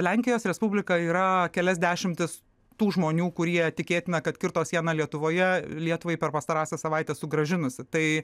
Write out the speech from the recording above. lenkijos respublika yra kelias dešimtis tų žmonių kurie tikėtina kad kirto sieną lietuvoje lietuvai per pastarąsias savaites sugrąžinusi tai